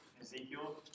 Ezekiel